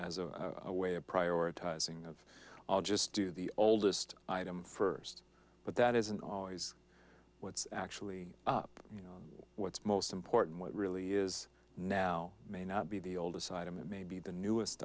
work as a way of prioritizing of i'll just do the oldest item first but that isn't always what's actually up you know what's most important what really is now may not be the old aside and maybe the newest